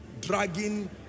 dragging